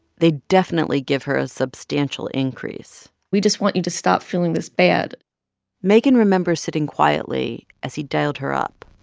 they'd definitely give her a substantial increase we just want you to stop feeling this bad megan remembers sitting quietly as he dialed her up